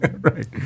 Right